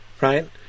right